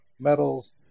metals